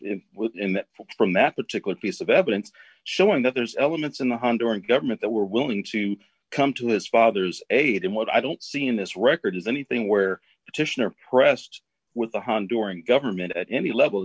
that from that particular piece of evidence showing that there's elements in the honduran government that were willing to come to his father's aid and what i don't see in this record is anything where titian are pressed with the honduran government at any level